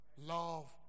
Love